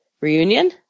reunion